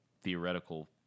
theoretical